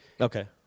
Okay